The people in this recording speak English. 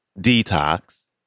Detox